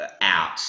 out